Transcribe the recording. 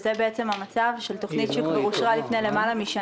שזה המצב של תוכנית שאושרה כבר לפני יותר משנה,